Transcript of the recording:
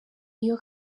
iyo